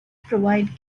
provide